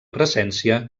presència